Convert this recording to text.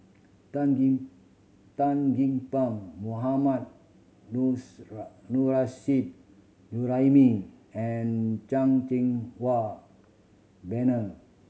Tan Gee Tan Gee Paw Mohammad Juraimi and Chan Cheng Wah Bernard